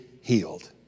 healed